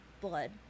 blood